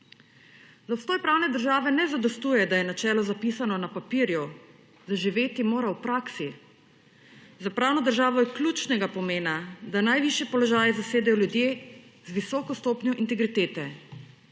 Za obstoj pravne države ne zadostuje, da je načelo zapisano na papirju, zaživeti mora v praksi. Za pravno državo je ključnega pomena, da najvišje položaje zasedejo ljudje z visoko stopnjo integritete.